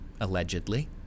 allegedly